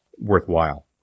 worthwhile